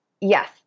Yes